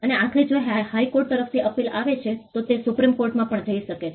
અને આખરે જો હાઈકોર્ટ તરફથી અપીલ આવે તો તે સુપ્રીમ કોર્ટમાં પણ જઈ શકે છે